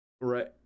right